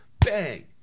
bang